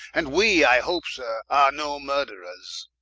and we i hope sir, are no murtherers